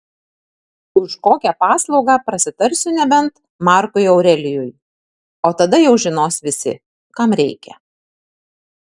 už kokią paslaugą prasitarsiu nebent markui aurelijui o tada jau žinos visi kam reikia